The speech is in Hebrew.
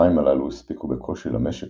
המים הללו הספיקו בקושי למשק